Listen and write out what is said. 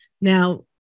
now